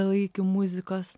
ilgalaikių muzikos